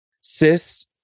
cis